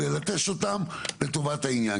ללטש אותם לטובת העניין,